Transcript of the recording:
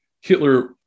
Hitler